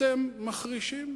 אתם מחרישים.